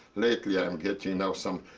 lately, i'm getting now some